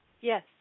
Yes